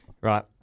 Right